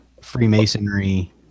Freemasonry